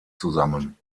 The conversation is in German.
zusammen